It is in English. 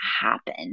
happen